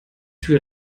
tür